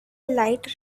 light